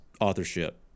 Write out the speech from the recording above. authorship